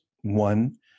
One